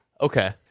Okay